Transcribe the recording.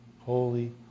holy